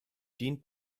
dient